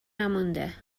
نمونده